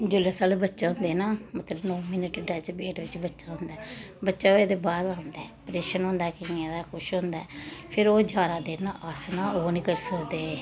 जेल्लै साढ़े बच्चे होंदे न मतलब नौ म्हीने ढिड्डै च पेट बिच्च बच्चा होंदा ऐ बच्चा होए दे बाद आंदा ऐ प्रेशन होंदा ऐ केइयें दा दा कुछ होंदा ऐ फिर ओह् ञारां दिन अस ना ओह् निं करी सकदे